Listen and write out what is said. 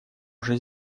уже